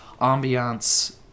ambiance